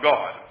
God